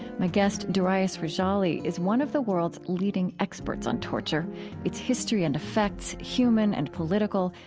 my guest, darius rejali, is one of the world's leading experts on torture its history and effects, human and political,